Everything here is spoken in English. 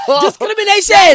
Discrimination